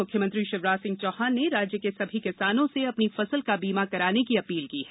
मुख्यमंत्री शिवराज सिंह चौहान ने राज्य के सभी किसानों से अपनी फसल का बीमा कराने की अपील की है